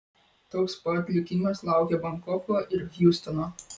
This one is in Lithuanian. toks pat likimas laukia bankoko ir hjustono